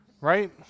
Right